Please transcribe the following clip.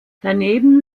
daneben